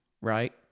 Right